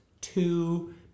two